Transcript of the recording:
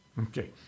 Okay